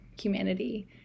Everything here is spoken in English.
humanity